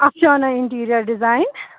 Afshana interior design